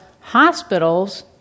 hospitals